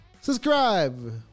Subscribe